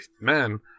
man